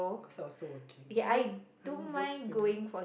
cause I was still working no I'm a broke student